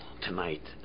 tonight